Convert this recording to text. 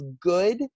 good